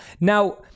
now